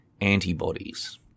antibodies